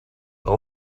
all